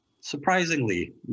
Surprisingly